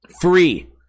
Free